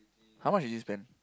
how much did you spend